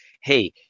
hey